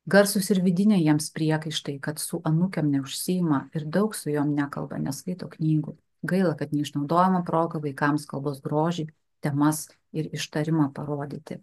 garsūs ir vidiniai jiems priekaištai kad su anūkėm neužsiima ir daug su jom nekalba neskaito knygų gaila kad neišnaudojama proga vaikams kalbos grožį temas ir ištarimą parodyti